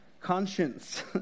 conscience